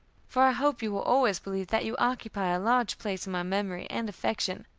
for i hope you will always believe that you occupy a large place in my memory and affection,